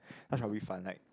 touch rugby fun like